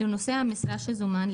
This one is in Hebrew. לנושא המשרה שזומן,